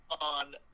on